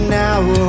now